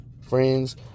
friends